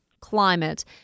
climate